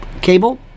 cable